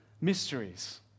mysteries